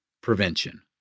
prevention